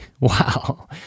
Wow